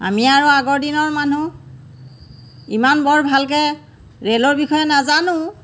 আমি আৰু আগৰ দিনৰ মানুহ ইমান বৰ ভালকৈ ৰেলৰ বিষয়ে নাজানো